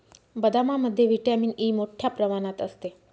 बदामामध्ये vitamin E मोठ्ठ्या प्रमाणात असते